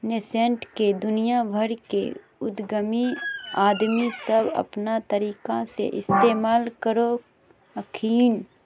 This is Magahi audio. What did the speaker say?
नैसैंट के दुनिया भर के उद्यमी आदमी सब अपन तरीका से इस्तेमाल करो हखिन